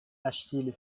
achille